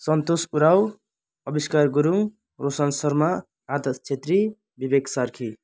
Santosh Uraon Abishkar Gurung Roshan Sharma Adarsh Chhetri Vivek Sarki